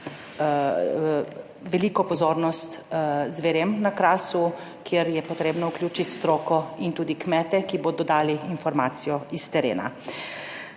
veliko pozornost zverem na Krasu, kjer je potrebno vključiti stroko in tudi kmete, ki bodo dali informacijo iz terena.